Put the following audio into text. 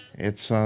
it's